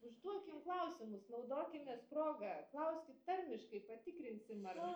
užduokim klausimus naudokimės proga klauskit tarmiškai patikrinsim ar